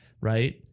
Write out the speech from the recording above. Right